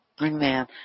Amen